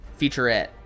Featurette